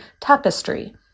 Tapestry